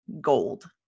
gold